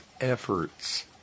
efforts